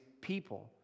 people